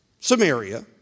Samaria